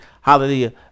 hallelujah